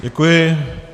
Děkuji.